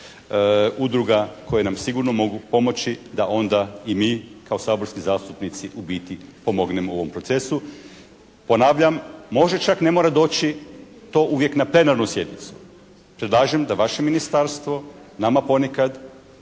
udruga koje nam sigurno mogu pomoći da onda i mi kao saborski zastupnici u biti pomognemo u ovom procesu. Ponavljam, možda čak ne mora doći to uvijek na plenarnu sjednicu. Predlažem da vaše ministarstvo nama ponekad